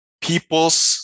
people's